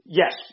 yes